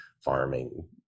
farming